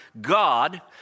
God